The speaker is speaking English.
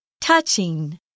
Touching